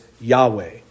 Yahweh